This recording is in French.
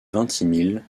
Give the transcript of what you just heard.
vintimille